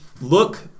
look